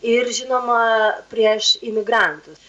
ir žinoma prieš imigrantus